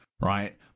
right